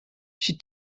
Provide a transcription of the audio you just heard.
she